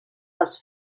els